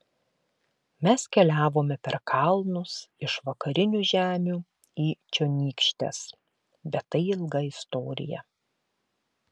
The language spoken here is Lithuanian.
mes keliavome per kalnus iš vakarinių žemių į čionykštes bet tai ilga istorija